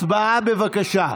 הצבעה, בבקשה.